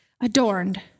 adorned